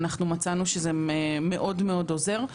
ומצאנו שזה מאוד עוזר.